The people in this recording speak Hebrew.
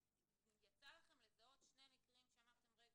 יצא לכם לזהות שני מקרים שאמרתם, רגע,